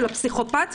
של הפסיכופט,